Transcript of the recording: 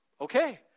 okay